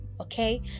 okay